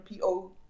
PO